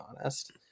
honest